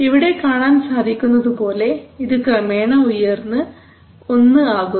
ഇവിടെ കാണാൻ സാധിക്കുന്നതുപോലെ ഇത് ക്രമേണ ഉയർന്നു 1 ആകുന്നു